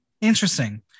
Interesting